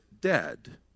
dead